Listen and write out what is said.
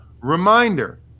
Reminder